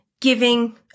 giving